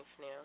now